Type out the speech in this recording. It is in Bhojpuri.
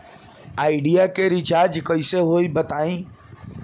आइडिया के रीचारज कइसे होई बताईं?